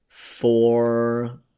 four